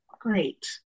great